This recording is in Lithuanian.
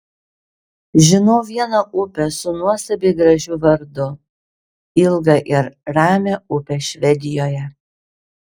žinau vieną upę su nuostabiai gražiu vardu ilgą ir ramią upę švedijoje